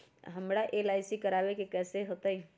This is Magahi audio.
हमरा एल.आई.सी करवावे के हई कैसे होतई?